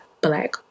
Black